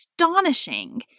astonishing